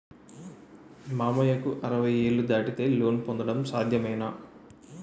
మామయ్యకు అరవై ఏళ్లు దాటితే లోన్ పొందడం సాధ్యమేనా?